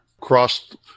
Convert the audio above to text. cross